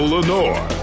Lenore